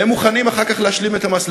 והם מוכנים אחר כך להשלים את המס,